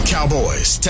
Cowboys